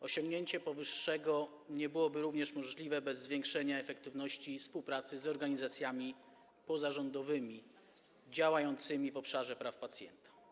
Osiągnięcie powyższego nie byłoby możliwe również bez zwiększenia efektywności współpracy z organizacjami pozarządowymi działającymi w obszarze praw pacjenta.